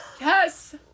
Yes